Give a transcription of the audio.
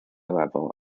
level